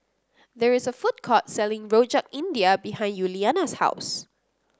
there is a food court selling Rojak India behind Yuliana's house